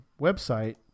website